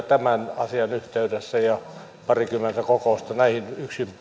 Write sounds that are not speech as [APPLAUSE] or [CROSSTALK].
[UNINTELLIGIBLE] tämän asian yhteydessä ja parikymmentä kokousta näihin